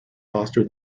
foster